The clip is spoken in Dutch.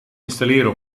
installeren